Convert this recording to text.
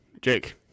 Jake